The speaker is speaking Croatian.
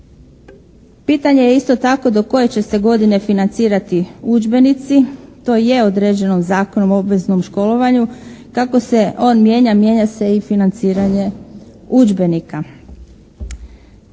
Pitanje je isto tako do koje će se godine financirati udžbenici. To je određeno Zakonom o obveznom školovanju. Kako se on mijenja mijenja se i financiranje udžbenika.